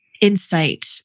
insight